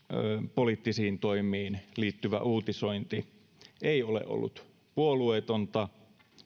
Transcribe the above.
poliittisiin toimiin liittyvä uutisointi ei ole ollut puolueetonta